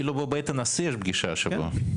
למה לא השבוע?